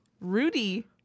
Rudy